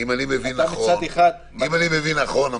אם אני מבין נכון,